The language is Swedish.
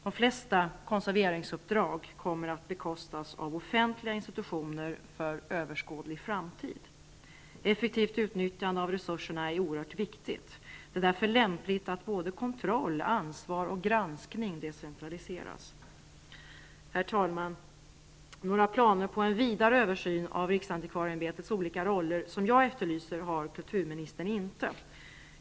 De flesta konserveringsuppdrag kommer för överskådlig framtid att bekostas av offentliga institutioner. Effektivt utnyttjande av resurserna är erhört viktigt. Det är därför lämpligt att både kontroll, ansvar och granskning decentraliseras. Herr talman! Några planer på en vidare översyn av riksantikvarieämbetets olika roller, som jag efterlyser, har kulturministern inte.